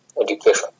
Education